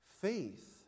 Faith